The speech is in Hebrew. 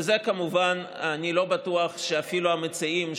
וכמובן אני לא בטוח שאפילו המציעים,